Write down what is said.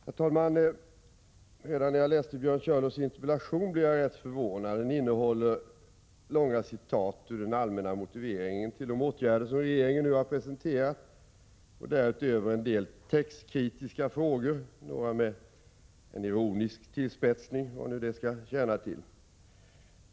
Herr talman! Redan när jag läste Björn Körlofs interpellation blev jag rätt förvånad. Den innehåller långa citat ur den allmänna motiveringen till de åtgärder som regeringen nu presenterat och därutöver en del textkritiska frågor — några med en ironisk tillspetsning, vad nu det skall tjäna till.